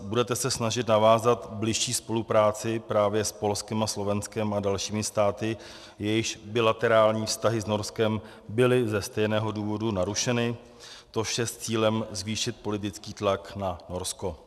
Budete se snažit navázat bližší spolupráci právě s Polskem a Slovenskem a dalšími státy, jejichž bilaterální vztahy s Norskem byly ze stejného důvodu narušeny, to vše s cílem zvýšit politický tlak na Norsko?